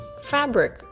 fabric